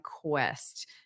quest